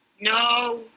no